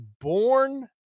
born